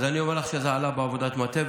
אז אני אומר לך שזה עלה בעבודת מטה,